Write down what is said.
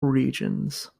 regions